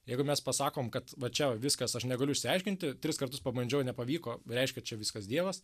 jeigu mes pasakom kad va čia va viskas aš negaliu išsiaiškinti tris kartus pabandžiau nepavyko reiškia čia viskas dievas